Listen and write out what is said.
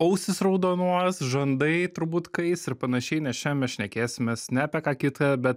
ausys raudonuos žandai turbūt kais ir panašiai nes šiandien mes šnekėsimės ne apie ką kita bet